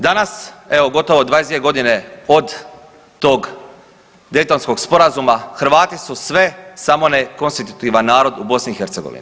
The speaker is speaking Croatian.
Danas evo gotovo 22.g. od tog Daytonskog sporazuma Hrvati su sve samo ne konstitutivan narod u BiH.